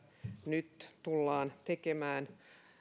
nyt tullaan tekemään